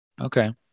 Okay